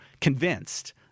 convinced